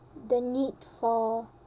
the need for